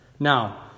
Now